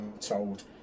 told